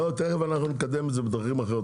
לא, תכף אנחנו נקדם את זה בדרכים אחרות.